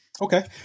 Okay